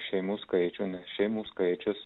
šeimų skaičių šeimų skaičius